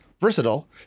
versatile